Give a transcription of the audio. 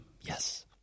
Yes